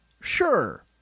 sure